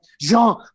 Jean